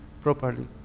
properly